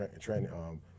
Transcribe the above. training